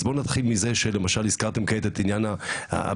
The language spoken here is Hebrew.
אז בואו נתחיל מזה שלמשל הזכרתם כעת את עניין הבנייה,